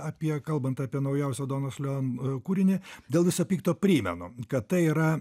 apie kalbant apie naujausią donos leon kūrinį dėl viso pikto primenu kad tai yra